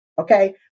Okay